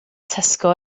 tesco